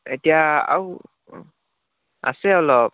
এতিয়া আৰু আছে অলপ